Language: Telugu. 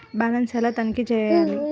బ్యాలెన్స్ ఎలా తనిఖీ చేయాలి?